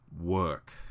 work